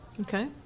okay